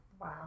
Wow